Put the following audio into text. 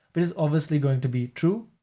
but is obviously going to be true,